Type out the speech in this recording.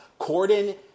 Corden